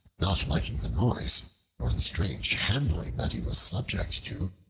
not liking the noise nor the strange handling that he was subject to,